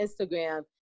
Instagram